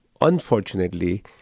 unfortunately